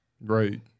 Right